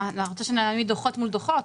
מה, אתה רוצה שנעמיד דוחות מול דוחות?